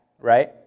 right